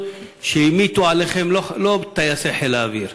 שהמיטו עליכם לא טייסי חיל האוויר,